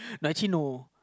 but actually no